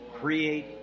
create